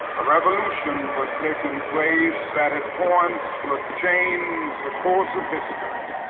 a revolution was taking place that at points would change the course of history,